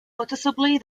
noticeably